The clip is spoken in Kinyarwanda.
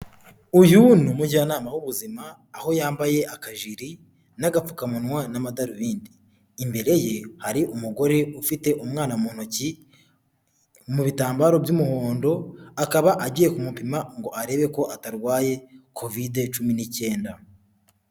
Uyu ni umujyanama w'ubuzima, aho yambaye akajiri n'agapfukamunwa n'amadarubindi. Imbere ye hari umugore ufite umwana mu ntoki, mu bitambaro by'umuhondo, akaba agiye kumupima ngo arebe ko atarwaye kovidi cumi n'icyenda.